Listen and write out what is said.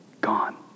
gone